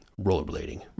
rollerblading